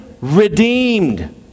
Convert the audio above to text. redeemed